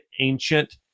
ancient